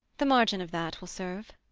the margin of that will serve.